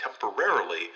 temporarily